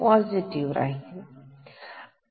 positive राहील